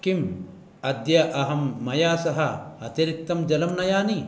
किम् अद्य अहं मया सह अतिरिक्तं जलं नयानि